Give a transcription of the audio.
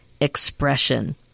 expression